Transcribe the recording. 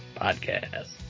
Podcast